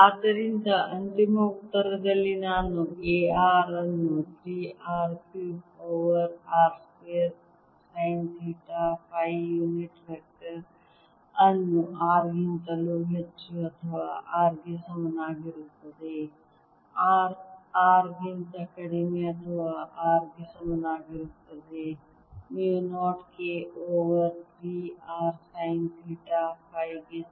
ಆದ್ದರಿಂದ ಅಂತಿಮ ಉತ್ತರದಲ್ಲಿ ನಾನು A r ಅನ್ನು 3 R cube over r square sine theta phi unit vector ಅನ್ನು R ಗಿಂತಲೂ ಹೆಚ್ಚು ಅಥವಾ R ಗೆ ಸಮನಾಗಿರುತ್ತದೆ ಮತ್ತು r R ಗಿಂತ ಕಡಿಮೆ ಅಥವಾ R ಗೆ ಸಮನಾಗಿರುತ್ತದೆ mu 0 K over 3 r sine theta phi ಗೆ ಸಮ